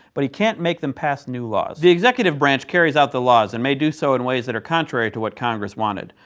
but he can't make them pass new laws. the executive branch carries out the laws, and may do so in ways that are contrary to what congress wanted.